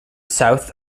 south